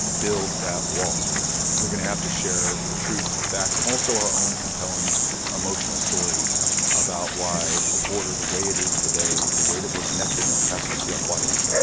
build that wall we're going to have to share the truth, the facts and also our own compelling emotional stories about why the border the way it is today, the way that we're connected in el paso and ciudad juarez,